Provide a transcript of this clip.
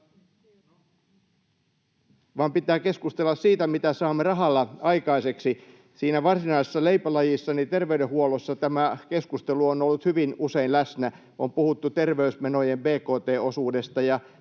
vaan pitää keskustella siitä, mitä saamme rahalla aikaiseksi. Siinä varsinaisessa leipälajissani, terveydenhuollossa, tämä keskustelu on ollut hyvin usein läsnä, on puhuttu terveysmenojen bkt-osuudesta.